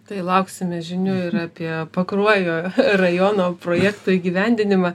tai lauksime žinių ir apie pakruojo rajono projekto įgyvendinimą